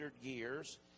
years